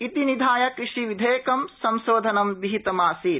इति निधाय कृषिविधेयकं संशोधनं विहितमासीत्